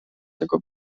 jako